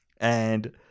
and-